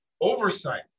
oversight